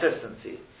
consistency